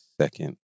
second